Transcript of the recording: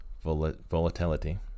volatility